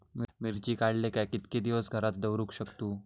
मिर्ची काडले काय कीतके दिवस घरात दवरुक शकतू?